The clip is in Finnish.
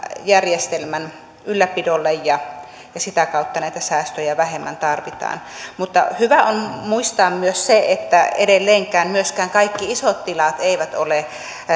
järjestelmän ylläpidolle ja ja sitä kautta näitä säästöjä vähemmän tarvitaan mutta hyvä on muistaa myös se että edelleenkään myöskään kaikki isot tilat eivät ole